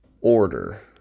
order